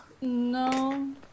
no